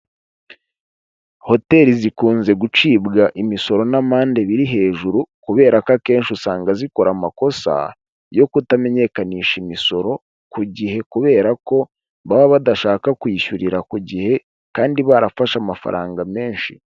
Hoteli zikunze gucibwa imisoro n'amande biri hejuru, kubera ko akenshi usanga zikora amakosa yo kutamenyekanisha imisoro ku gihe, kubera ko baba badashaka kwishyurira ku gihe kandi barafashe amafaranga menshi.